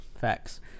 facts